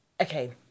Okay